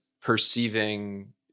perceiving